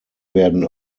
werden